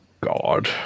God